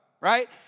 right